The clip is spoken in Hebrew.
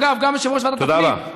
אגב, גם יושב-ראש ועדת הפנים, תודה רבה.